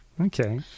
Okay